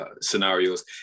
scenarios